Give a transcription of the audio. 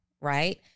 Right